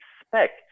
expect